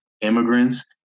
immigrants